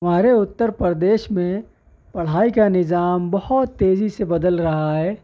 ہمارے اتر پردیش میں پڑھائی کا نظام بہت تیزی سے بدل رہا ہے